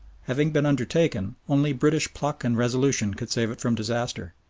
having been undertaken, only british pluck and resolution could save it from disaster,